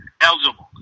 eligible